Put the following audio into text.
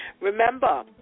Remember